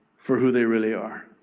for who they really are.